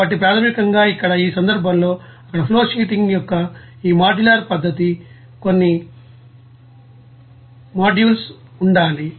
కాబట్టి ప్రాథమికంగా ఇక్కడ ఈ సందర్భంలో అక్కడ ఫ్లోషీటింగ్ యొక్క ఈ మాడ్యులర్ పద్ధతి కొన్ని మాడ్యూల్స్ ఉండాలి